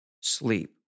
sleep